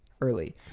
early